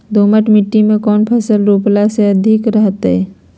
दोमट मिट्टी में कौन फसल रोपला से अच्छा रहतय?